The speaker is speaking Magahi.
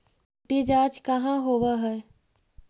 मिट्टी जाँच कहाँ होव है?